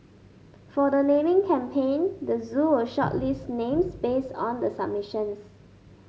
for the naming campaign the zoo will shortlist names based on the submissions